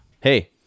hey